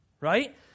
Right